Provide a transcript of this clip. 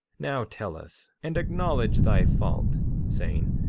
now tell us, and acknowledge thy fault saying,